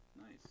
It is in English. Nice